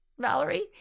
Valerie